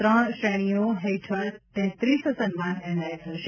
ત્રણ શ્રેણીઓ હેઠળ તેત્રીસ સન્માન એનાયત થશે